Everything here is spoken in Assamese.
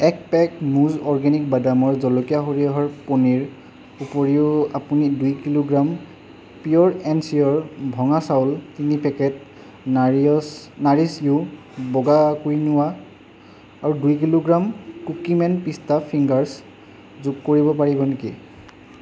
এক পেক মুজ অৰ্গেনিক বাদামৰ জলকীয়া সৰিয়হৰ পনীৰ উপৰিও আপুনি দুই কিলোগ্ৰাম পিয়'ৰ এণ্ড চিয়'ৰ ভঙা চাউল তিনি পেকেট নাৰিয়ছ নাৰিছ য়ু বগা কুইন'ৱা আৰু দুই কিলোগ্ৰাম কুকিমেন পিষ্টা ফিংগাৰ্ছ যোগ কৰিব পাৰিব নেকি